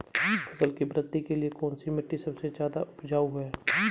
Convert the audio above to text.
फसल की वृद्धि के लिए कौनसी मिट्टी सबसे ज्यादा उपजाऊ है?